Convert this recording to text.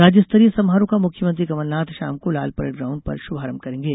राज्य स्तरीय समारोह का मुख्यमंत्री कमलनाथ शाम को लालपरेड ग्राउण्ड पर शुभारंभ करेंगे